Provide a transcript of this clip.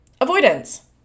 avoidance